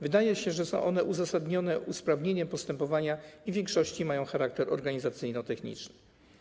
Wydaje się, że są one uzasadnione usprawnieniem postępowania i w większości mają charakter organizacyjno-techniczny.